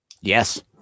Yes